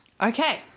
Okay